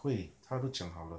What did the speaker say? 会他都讲好了